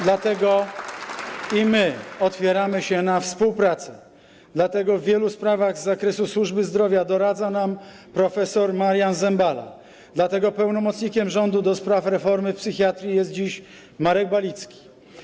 Dlatego i my otwieramy się na współpracę, dlatego w wielu sprawach z zakresu służby zdrowia doradza nam prof. Marian Zembala, dlatego pełnomocnikiem rządu do spraw reformy psychiatrii jest dziś Marek Balicki.